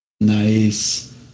Nice